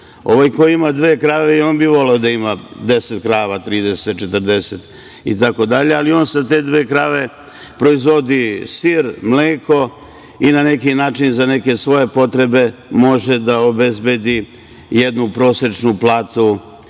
Ovaj koji ima dve krave i on bi voleo da ima deset, trideset, četrdeset krava, ali on sa te dve krave proizvodi sir, mleko i na neki način, za neke svoje potrebe može da obezbedi jednu prosečnu platu